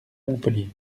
montpellier